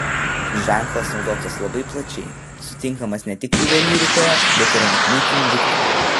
ženklas naudotas labai plačiai sutinkamas ne tik juvelyrikoje bet ir ant buitinių daiktų